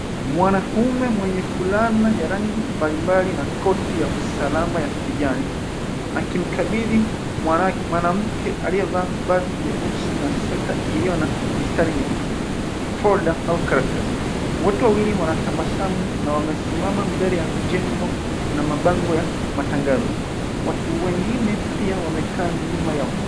Mwanaume mwenye fulana ya rangi mbalimbali na koti ya usalama ya kijani akimkabidhi mwanamke aliyevaa vazi jeusi na sweta iliyo na mistari mieupe folder au karatasi. Wote wawili wanatabasamu na wamesimama mbele ya jengo na mabango ya matangazo. Watu wengine pia wamekaa nyuma yao